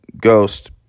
ghost